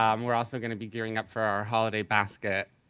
um we're ah so going to be gearing up for our holiday basket